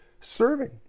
serving